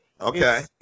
Okay